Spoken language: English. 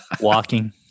Walking